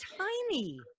tiny